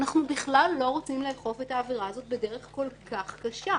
אנחנו בכלל לא רוצים לאכוף את העבירה הזאת בדרך כל כך קשה.